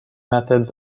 methods